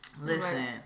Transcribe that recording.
Listen